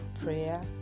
Prayer